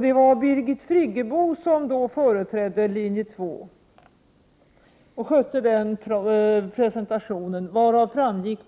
Det var Birgit Friggebo som då företrädde Linje 2 och skötte den presentationen, vari bl.a. framgick